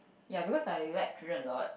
ya because I like children a lot